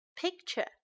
Picture